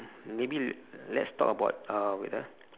maybe let's talk about uh wait ah